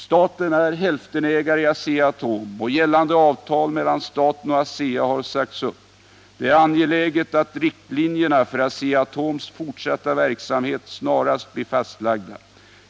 Staten är hälftenägare i Asea-Atom, och gällande avtal mellan staten och ASEA har sagts upp. Det är angeläget att riktlinjerna för Asea-Atoms fortsatta verksamhet snarast blir fastlagda.